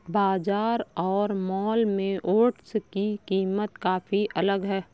बाजार और मॉल में ओट्स की कीमत काफी अलग है